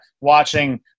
watching